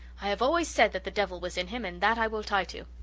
i have always said that the devil was in him and that i will tie to.